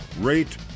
rate